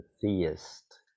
theist